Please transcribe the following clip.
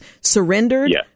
surrendered